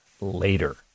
Later